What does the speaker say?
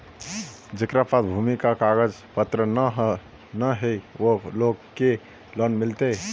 जेकरा पास भूमि का कागज पत्र न है वो लोग के लोन मिलते?